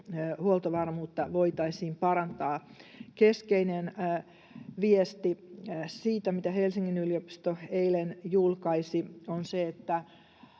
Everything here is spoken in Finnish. huoltovarmuutta voitaisiin parantaa. Keskeinen viesti siitä, mitä Helsingin yliopisto eilen julkaisi, on se, että